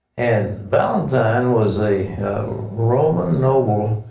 and valentine was a roman noble